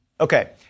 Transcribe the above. Okay